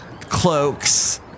cloaks